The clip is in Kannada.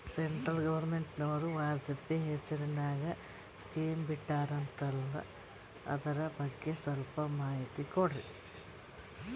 ಸೆಂಟ್ರಲ್ ಗವರ್ನಮೆಂಟನವರು ವಾಜಪೇಯಿ ಹೇಸಿರಿನಾಗ್ಯಾ ಸ್ಕಿಮ್ ಬಿಟ್ಟಾರಂತಲ್ಲ ಅದರ ಬಗ್ಗೆ ಸ್ವಲ್ಪ ಮಾಹಿತಿ ಕೊಡ್ರಿ?